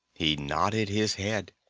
he nodded his head.